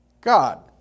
God